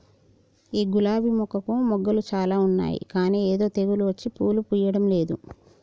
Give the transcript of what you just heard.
ఈ గులాబీ మొక్కకు మొగ్గలు చాల ఉన్నాయి కానీ ఏదో తెగులు వచ్చి పూలు పూయడంలేదు